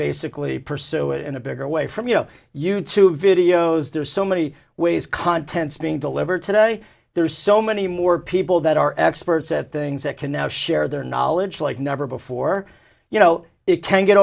basically pursue it in a bigger way from you know you tube videos there's so many ways content is being delivered today there's so many more people that are experts at things that can now share their knowledge like never before you know it can get